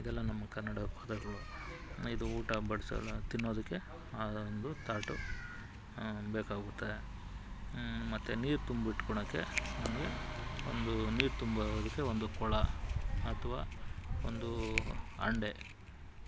ಇದೆಲ್ಲ ನಮ್ಮ ಕನ್ನಡ ಪದಗಳು ಇದು ಊಟ ಬಡಿಸೋದ ತಿನ್ನೋದಕ್ಕೆ ಆದ ಒಂದು ತಾಟು ಬೇಕಾಗುತ್ತೆ ಮತ್ತು ನೀರು ತುಂಬಿಟ್ಕೊಳೋಕ್ಕೆ ಒಂದು ಒಂದೂ ನೀರು ತುಂಬೋದಕ್ಕೆ ಒಂದು ಕೊಡ ಅಥ್ವಾ ಒಂದೂ ಹಂಡೆ